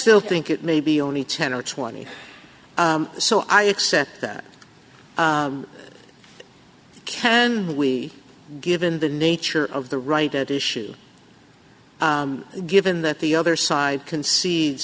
still think it may be only ten or twenty so i accept that can we given the nature of the right at issue given that the other side conce